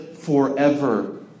Forever